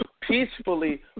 peacefully